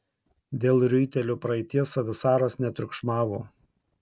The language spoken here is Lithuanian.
dėl riuitelio praeities savisaras netriukšmavo